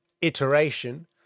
iteration